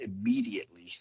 immediately